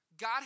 God